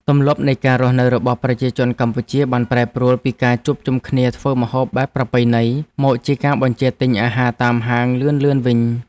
ទម្លាប់នៃការរស់នៅរបស់ប្រជាជនកម្ពុជាបានប្រែប្រួលពីការជួបជុំគ្នាធ្វើម្ហូបបែបប្រពៃណីមកជាការបញ្ជាទិញអាហារតាមហាងលឿនៗវិញ។